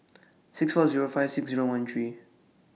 six four Zero five six Zero one three